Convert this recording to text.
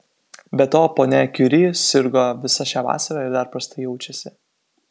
be to ponia kiuri sirgo visą šią vasarą ir dar prastai jaučiasi